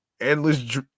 endless